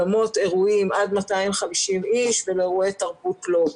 לאולמות אירועים עד 250 איש, ולאירועי תרבות לא.